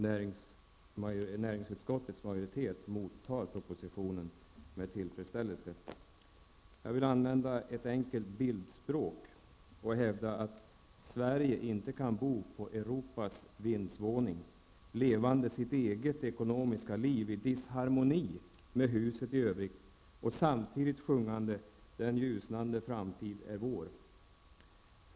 Näringsutskottets majoritet mottar propositionen med tillfredsställelse. Jag vill använda ett enkelt bildspråk och hävda att Sverige inte kan bo på Europas vindsvåning, levande sitt eget ekonomiska liv i disharmoni med huset i övrigt och samtidigt sjungande ''den ljusnande framtid är vår''.